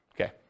Okay